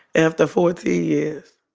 after fourteen years.